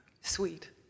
sweet